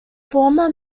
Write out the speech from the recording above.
former